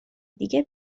دیگه